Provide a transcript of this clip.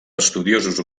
estudiosos